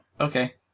Okay